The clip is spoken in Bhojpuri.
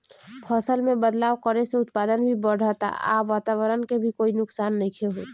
फसल में बदलाव करे से उत्पादन भी बढ़ता आ वातवरण के भी कोई नुकसान नइखे होत